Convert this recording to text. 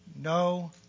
no